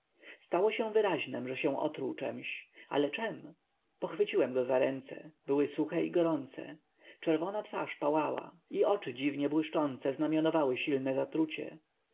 stało się wyraźnem że się otruł czemś ale czem pochwyciłem go za ręce były suche i gorące czerwona twarz pałała i oczy dziwnie błyszczące znamionowały silne zatrucie